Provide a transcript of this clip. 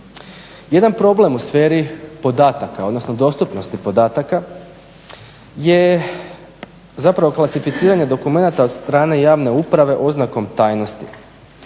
Jedan problem u sferi podataka, odnosno dostupnosti podataka je zapravo klasificiranje dokumenata od strane javne uprave oznakom tajnosti.